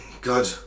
God